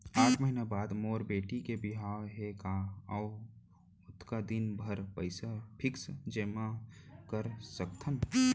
आठ महीना बाद मोर बेटी के बिहाव हे का मैं ओतका दिन भर पइसा फिक्स जेमा कर सकथव?